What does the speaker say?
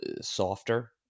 softer